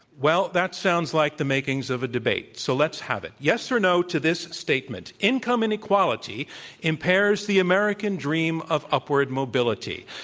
well, that sounds like the makings of a debate, so let's have it, yes or no to this statement, income inequality impairs the american dream of upward mobility,